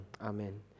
amen